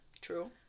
True